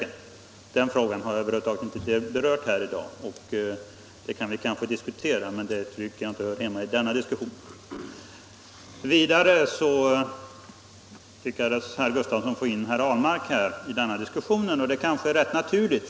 Men den frågan har jag över huvud taget inte berört i dag. Den kan vi naturligtvis diskutera, men jag tycker inte att den hör hemma i denna diskussion. Vidare lyckades herr Gustafsson få in herr Ahlmark i den här diskussionen. Det är kanske rätt naturligt.